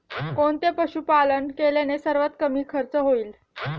कोणते पशुपालन केल्याने सर्वात कमी खर्च होईल?